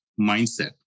mindset